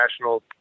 national